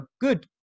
good